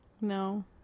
No